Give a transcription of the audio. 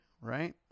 Right